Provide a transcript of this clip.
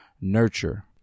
nurture